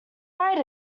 right